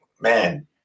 man